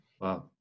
Wow